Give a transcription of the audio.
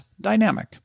dynamic